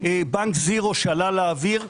שהבנק החדש שעלה לאוויר,